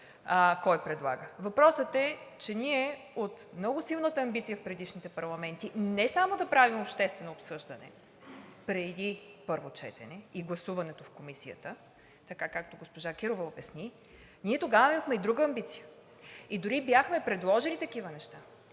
кой предлага. Въпросът е, че ние от много силната амбиция в предишните парламенти не само да правим обществено обсъждане преди първо четене и гласуването в комисията, както госпожа Кирова обясни, тогава имахме и друга амбиция и дори бяхме предложили такива неща.